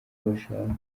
bashaka